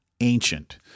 ancient